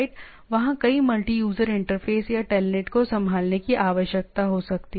वहाँ कई multi user interface या टेलनेट को संभालने की आवश्यकता हो सकती है